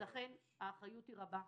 לכן האחריות היא רבה,